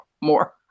more